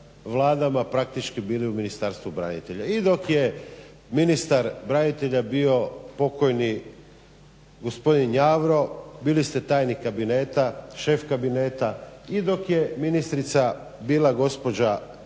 vladama praktički bili u Ministarstvu branitelja, i dok je ministar branitelja bio pokojni gospodin Njavro bili ste tajnik kabineta, šef kabineta i dok je ministrica bila gospođa